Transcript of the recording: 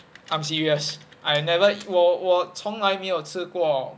I'm serious I never 我我从来没有吃过